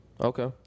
Okay